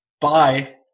Bye